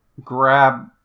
grab